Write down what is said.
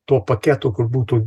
tuo paketu kur būtų